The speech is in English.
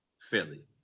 Philly